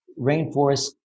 rainforest